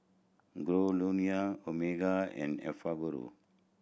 Giordano Omega and Enfagrow